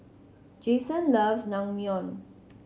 Jayson loves Naengmyeon